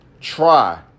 try